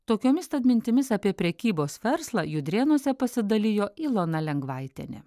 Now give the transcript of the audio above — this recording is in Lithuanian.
tokiomis tad mintimis apie prekybos verslą judrėnuose pasidalijo ilona lengvaitinė